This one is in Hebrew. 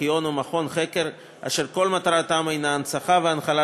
ארכיון ומכון חקר אשר כל מטרתם היא הנצחה והנחלה